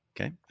Okay